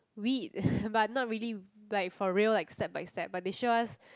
weed but not really like for real like step by step but they show us